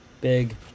big